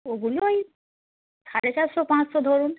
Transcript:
ওগুলো ওই সাড়ে চারশো পাঁচশো ধরুন